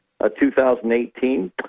2018